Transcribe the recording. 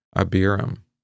Abiram